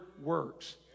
works